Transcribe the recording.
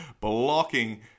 blocking